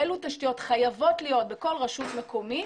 אילו תשתיות חייבות להיות בכל רשות מקומית,